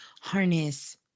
harness